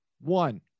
one